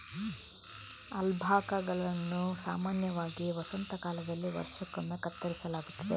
ಅಲ್ಪಾಕಾಗಳನ್ನು ಸಾಮಾನ್ಯವಾಗಿ ವಸಂತ ಕಾಲದಲ್ಲಿ ವರ್ಷಕ್ಕೊಮ್ಮೆ ಕತ್ತರಿಸಲಾಗುತ್ತದೆ